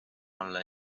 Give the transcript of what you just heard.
olla